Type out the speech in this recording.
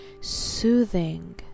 soothing